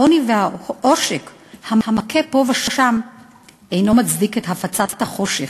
העוני והעושק המכה פה ושם אינו מצדיק את הפצת החושך.